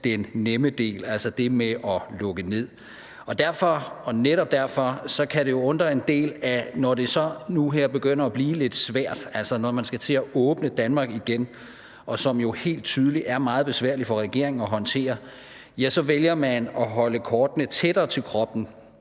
nævnt den nemme del, altså det med at lukke ned. Netop derfor kan det undre en del, at når det så nu her begynder at blive lidt svært, altså når man skal til at åbne Danmark igen, som jo helt tydeligt er meget besværligt for regeringen at håndtere, ja, så vælger man at holde kortene tættere til kroppen,